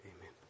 amen